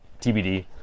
TBD